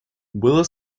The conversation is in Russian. было